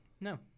No